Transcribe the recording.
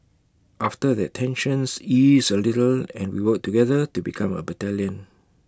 after that tensions ease A little and we work together to become A battalion